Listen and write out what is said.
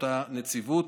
לאותה נציבות.